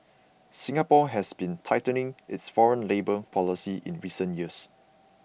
Singapore has been tightening its foreign labour policies in recent years